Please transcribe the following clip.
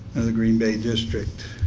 of the green bay district,